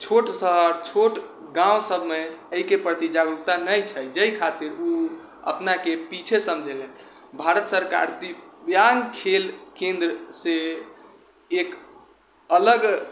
छोट शहर छोट गाउँ सभमे एहि के प्रति जागरूकता नहि छै जाहि खातिर ओ अपना के पीछे समझै ले भारत सरकार दिव्याङ्ग खेल केन्द्र से एक अलग